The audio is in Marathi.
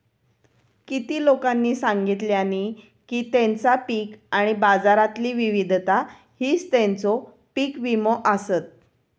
किती लोकांनी सांगल्यानी की तेंचा पीक आणि बाजारातली विविधता हीच तेंचो पीक विमो आसत